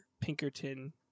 Pinkerton